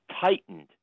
tightened